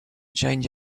change